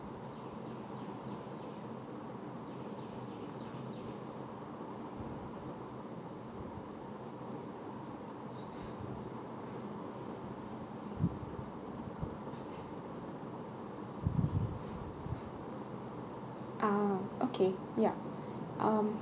ah okay yup um